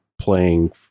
playing